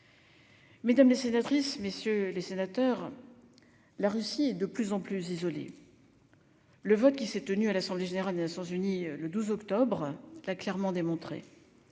Mesdames, messieurs les sénateurs, la Russie est de plus en plus isolée. Le vote qui s'est tenu à l'Assemblée générale des Nations unies, le 12 octobre dernier, l'a clairement montré.